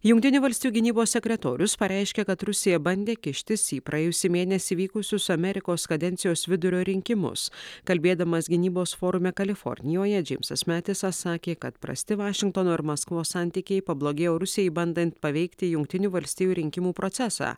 jungtinių valstijų gynybos sekretorius pareiškė kad rusija bandė kištis į praėjusį mėnesį vykusius amerikos kadencijos vidurio rinkimus kalbėdamas gynybos forume kalifornijoje džeimsas metisas sakė kad prasti vašingtono ir maskvos santykiai pablogėjo rusijai bandant paveikti jungtinių valstijų rinkimų procesą